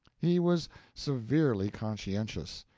he was severely conscientious,